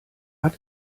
hat